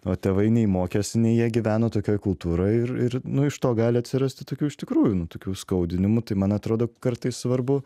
o tėvai nei mokėsi nei jie gyveno tokioj kultūroj ir ir nu iš to gali atsirasti tokių iš tikrųjų nu tokių skaudinimų tai man atrodo kartais svarbu